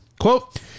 quote